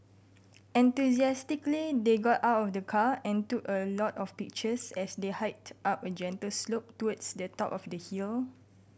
enthusiastically they got out of the car and took a lot of pictures as they hiked up a gentle slope towards the top of the hill